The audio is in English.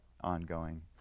ongoing